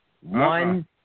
one